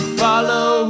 follow